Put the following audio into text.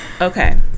Okay